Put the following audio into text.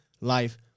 life